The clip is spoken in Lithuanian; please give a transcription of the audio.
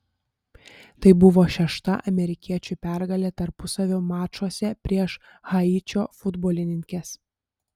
tai buvo šešta amerikiečių pergalė tarpusavio mačuose prieš haičio futbolininkes